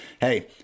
Hey